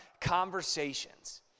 conversations